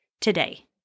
today